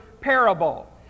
parable